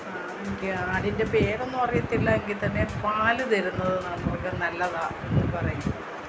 എനിക്ക് ആടിൻ്റെ പേരൊന്നും അറിയത്തില്ല എങ്കിൽത്തന്നെ പാല് തരുന്നത് മൃഗം നല്ലതാണ് എന്നു പറയുന്നു